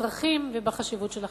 בצרכים ובחשיבות של החינוך.